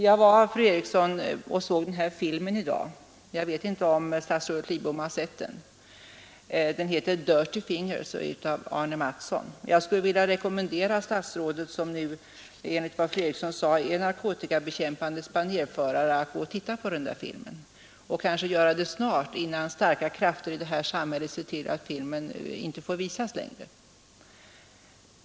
Jag var i dag, fru Eriksson, och såg filmen ”Dirty fingers” av Arne Mattsson. Jag vet inte om statsrådet Lidbom har sett den, men jag skulle vilja rekommendera statsrådet som enligt fru Eriksson är narkotikabekämpandets banérförare — att gå och se den här filmen och kanske göra det snart, innan starka krafter i samhället ser till att filmen inte får visas längre.